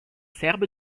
serbe